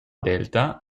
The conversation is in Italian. delta